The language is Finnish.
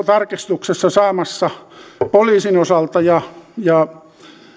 tarkistuksessa saamassa poliisin osalta ja ja